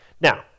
Now